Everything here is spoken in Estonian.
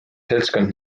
seltskond